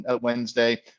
Wednesday